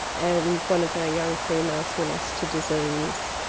and one of our young females we lost to disease,